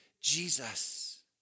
Jesus